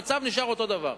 המצב נשאר אותו דבר.